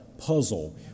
puzzle